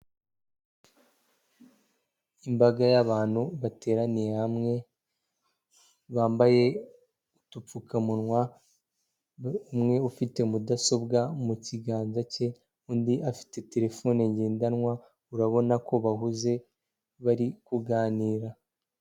Imbaga y'abantu bateraniye hamwe, bambaye udupfukamunwa, umwe ufite mudasobwa mu kiganza cye, undi afite telefone ngendanwa, urabona ko bahuze bari kuganira.